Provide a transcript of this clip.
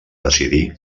decidir